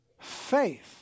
Faith